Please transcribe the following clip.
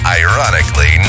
ironically